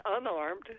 unarmed